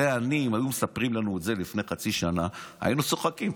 הרי אם היו מספרים לנו את זה לפני חצי שנה היינו צוחקים,